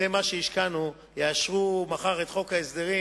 אחרי מה שהשקענו, יאשרו מחר את חוק ההסדרים